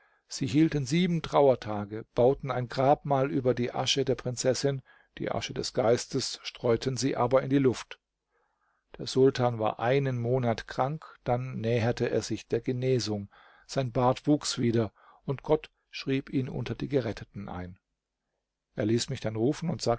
sie hielten sieben trauertage bauten ein grabmal über die asche der prinzessin die asche des geistes streuten sie aber in die luft der sultan war einen monat krank dann näherte er sich der genesung sein bart wuchs wieder und gott schrieb ihn unter die geretteten ein er ließ mich dann rufen und